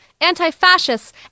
anti-fascists